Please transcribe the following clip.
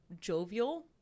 jovial